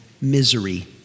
Misery